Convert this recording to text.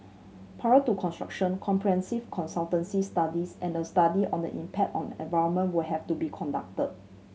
prior to construction comprehensive consultancy studies and a study on the impact on environment will have to be conducted